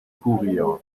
courir